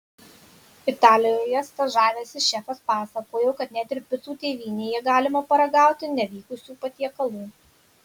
italijoje stažavęsis šefas pasakojo kad net ir picų tėvynėje galima paragauti nevykusių patiekalų